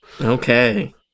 okay